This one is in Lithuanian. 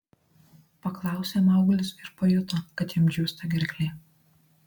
paklausė mauglis ir pajuto kad jam džiūsta gerklė